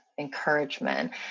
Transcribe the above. encouragement